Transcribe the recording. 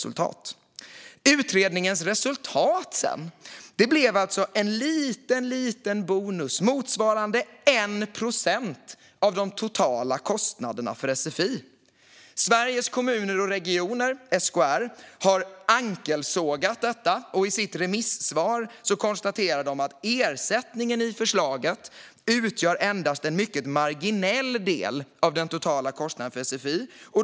Utredningens resultat blev dock bara en liten prestationsbonus motsvarande 1 procent av de totala kostnaderna för sfi. Sveriges Kommuner och Regioner, SKR, har ankelsågat detta. I sitt remissvar konstaterar de att "ersättningen i förslaget utgör endast en mycket marginell del av den totala kostnaden för sfi".